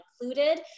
included